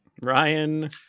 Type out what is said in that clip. Ryan